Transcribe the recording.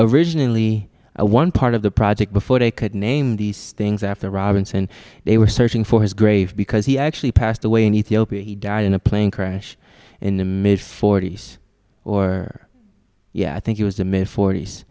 originally one part of the project before they could name these things after robinson they were searching for his grave because he actually passed away in ethiopia he died in a plane crash in the mid forty's or yeah i think it was the mid fort